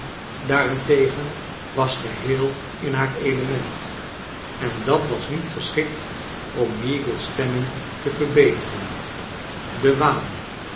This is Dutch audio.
daarentegen was gcheel in haar element en dat was niet geschikt om meagles stemming te verbeteren de waan